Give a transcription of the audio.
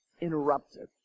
interrupted